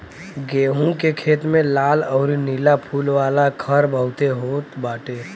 गेंहू के खेत में लाल अउरी नीला फूल वाला खर बहुते होत बाटे